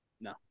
No